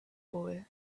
boy